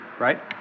Right